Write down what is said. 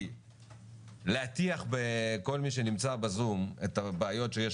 כי להטיח בכל מי שנמצא בזום את הבעיות שיש